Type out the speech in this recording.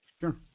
Sure